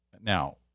Now